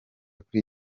kuri